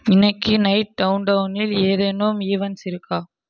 இன்னைக்கு நைட் டவுன்டவுனில் ஏதேனும் ஈவெண்ட்ஸ் இருக்கா